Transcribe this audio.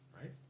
Right